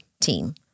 team